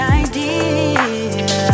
idea